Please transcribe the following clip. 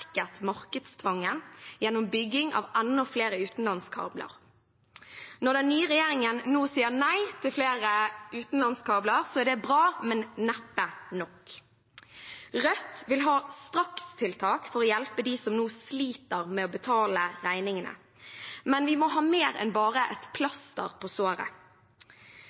markedstvangen gjennom bygging av enda flere utenlandskabler. Når den nye regjeringen nå sier nei til flere utenlandskabler, er det bra, men neppe nok. Rødt vil ha strakstiltak for å hjelpe dem som nå sliter med å betale regningene. Men vi må ha mer enn bare et plaster på såret.